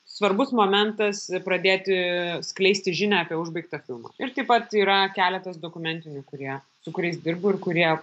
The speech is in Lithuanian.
svarbus momentas pradėti skleisti žinią apie užbaigtą filmą ir taip pat yra keletas dokumentinių kurie su kuriais dirbu ir kurie